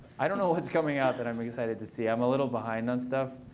i don't know what's coming out that i'm excited to see. i'm a little behind on stuff.